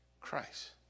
Christ